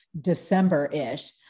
December-ish